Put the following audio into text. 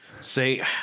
say